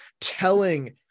telling